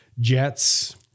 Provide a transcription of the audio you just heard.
jets